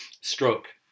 stroke